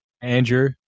Andrew